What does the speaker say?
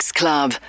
club